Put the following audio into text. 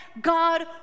God